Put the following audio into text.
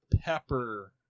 pepper